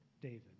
David